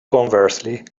conversely